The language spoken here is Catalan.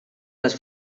les